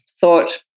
thought